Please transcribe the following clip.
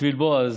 בשביל בועז.